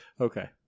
Okay